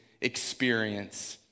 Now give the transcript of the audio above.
experience